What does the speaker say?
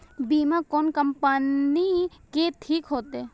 बीमा कोन कम्पनी के ठीक होते?